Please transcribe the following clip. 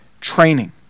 training